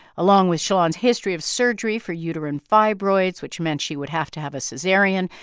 along with shalon's history of surgery for uterine fibroids, which meant she would have to have a so cesarean,